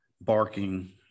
barking